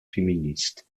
féministe